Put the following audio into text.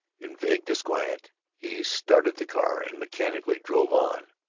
in vague disquiet he started the car and mechanically drove on,